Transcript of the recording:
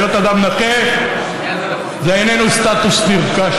להיות אדם נכה זה איננו סטטוס נרכש.